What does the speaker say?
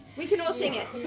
we can all sing it.